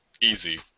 Easy